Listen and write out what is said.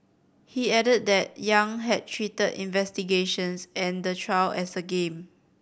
he added that Yang had treated investigations and the trial as a game